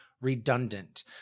redundant